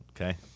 Okay